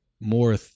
more